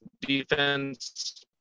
defense